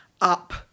Up